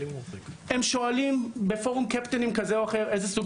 הם שואלים בפורום קפטנים כזה או אחר איזה עם סוג